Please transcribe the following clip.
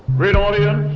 great audience